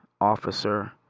officer